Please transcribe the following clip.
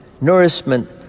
nourishment